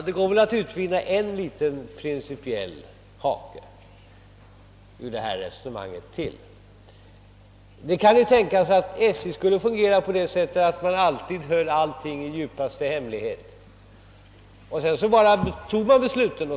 Herr talman! Herr Eliassons i Moholm resonemang har ytterligare en liten hake. SJ skulle kunna förfara på det sättet att man alltid höll allting i djupaste hemlighet och sedan bara fattade beslut.